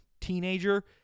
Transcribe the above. teenager